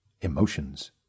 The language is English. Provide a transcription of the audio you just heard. emotions